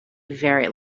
very